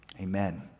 amen